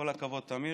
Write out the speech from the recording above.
כל הכבוד, תמיר,